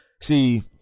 See